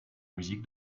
musique